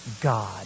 God